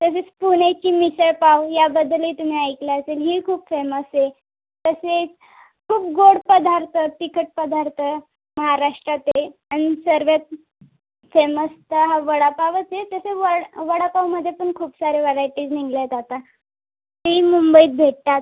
तसेच पुण्याची मिसळपाव याबद्दलही तुम्ही ऐकलं असेल ही खूप फेमस आहे तसेच खूप गोड पदार्थ तिखट पदार्थ महाराष्ट्रात आहे आणि सर्वात फेमस तर हा वडापावच आहे तसं वडापावमध्ये पण खूप साऱ्या व्हरायटीज निघाल्यात आता तेही मुंबईत भेटतात